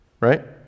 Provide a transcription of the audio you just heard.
right